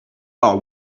are